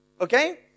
Okay